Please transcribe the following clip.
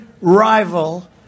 rival